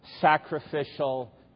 sacrificial